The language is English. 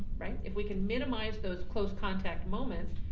right? if we can minimize those close contact moments,